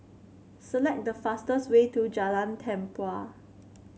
select the fastest way to Jalan Tempua